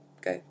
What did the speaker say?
go